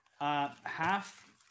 half